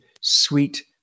sweet